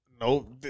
No